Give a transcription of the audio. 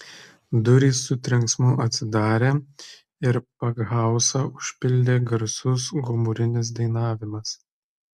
durys su trenksmu atsidarė ir pakhauzą užpildė garsus gomurinis dainavimas